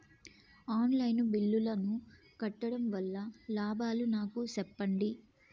On line బిల్లుల ను కట్టడం వల్ల లాభాలు నాకు సెప్పండి?